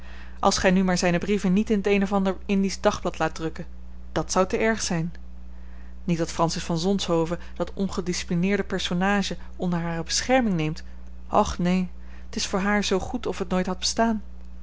als gij nu maar zijne brieven niet in t een of ander indisch dagblad laat drukken dat zou te erg zijn niet dat francis van zonshoven dat ongedisciplineerde personage onder hare bescherming neemt och neen t is voor haar zoo goed of het nooit had bestaan